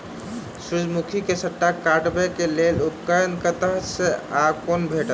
सूर्यमुखी केँ छत्ता काटबाक लेल उपकरण कतह सऽ आ कोना भेटत?